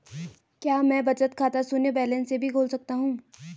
क्या मैं बचत खाता शून्य बैलेंस से भी खोल सकता हूँ?